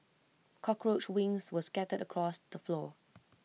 cockroach wings were scattered across the floor